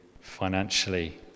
financially